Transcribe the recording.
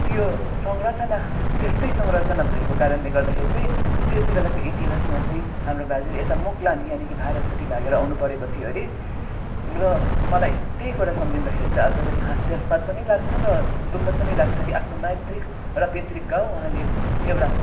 त्यो संरचना त्यस्तै संरचना भएको कारणले गर्दाखेरि चाहिँ त्यति बेलाको इतिहासमा चाहिँ हाम्रो बाजेले यता मुग्लान यानिकि भारतपट्टि भागेर आउनु परेको थियो अरे र मलाई त्यही कुरा सम्झिँदाखेरि चाहिँ अझै पनि हाँस्यस्पद पनि लाग्छ र दुखः पनि लाग्छ कि आफ्नो मैत्रिक र पित्रीक गाउँ उहाँले एउटा